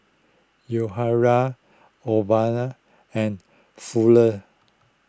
Yahaira and Fuller